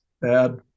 Bad